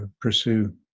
pursue